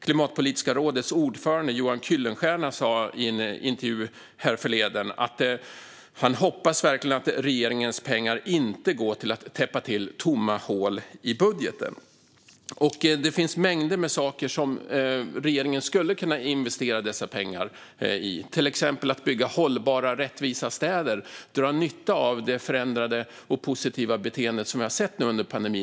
Klimatpolitiska rådets ordförande Johan Kuylenstierna sa i en intervju härförleden att han verkligen hoppas att regeringens pengar inte går till att täppa till tomma hål i budgeten. Det finns mängder med saker som regeringen skulle kunna investera dessa pengar i, till exempel att bygga hållbara och rättvisa städer och dra nytta av det förändrade och positiva beteende som vi har sett under pandemin.